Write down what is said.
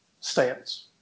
stance